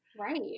Right